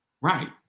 Right